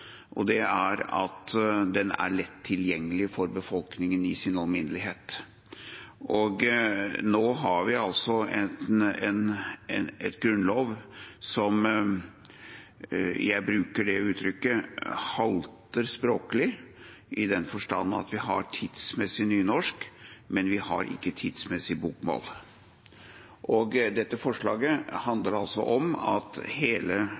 og det er at den er lett tilgjengelig for befolkningen i sin alminnelighet. Nå har vi en grunnlov som – jeg bruker det uttrykket – halter språklig, i den forstand at vi har tidsmessig nynorsk, men vi har ikke tidsmessig bokmål. Dette forslaget handler om at